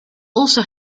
also